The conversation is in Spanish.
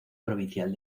provincial